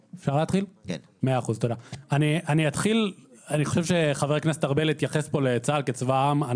אני חושב שחבר הכנסת ארבל התייחס כאן לצה"ל כצבא העם.